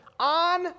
on